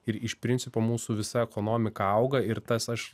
ir iš principo mūsų visa ekonomika auga ir tas aš